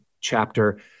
chapter